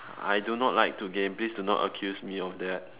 I do not like to game please do not accuse me of that